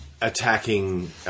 attacking